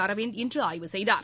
அரவிந்த் இன்று ஆய்வு செய்தார்